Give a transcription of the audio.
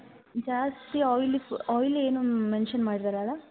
ಜಾಸ್ತಿ oil oil ಏನೂ mention ಮಾಡಿರೊಲ್ಲಾ ಅಲ್ಲಾ